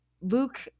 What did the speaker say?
Luke